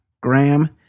Graham